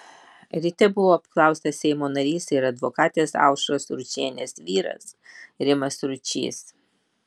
ryte buvo apklaustas seimo narys ir advokatės aušros ručienės vyras rimas ručys